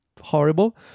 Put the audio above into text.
horrible